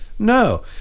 No